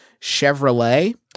Chevrolet